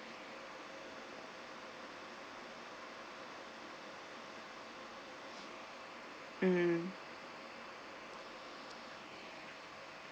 mm